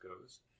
goes